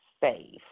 safe